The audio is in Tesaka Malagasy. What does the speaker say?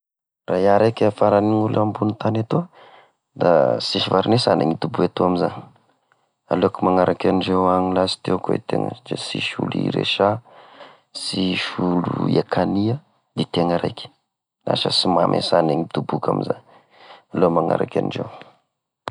Raha iaho raika fara ny olo ambony tagny etoa, da sisy raha iresagny na midobo eto amy za, aleoko magnaraky andreo any lasy teo ko i tegna satria sisy olo iresaha, sisy olo iakagnià, i tegna raiky, lasa sy mamy sany midoboko amy za, aleo magnaraky indreo.